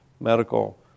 medical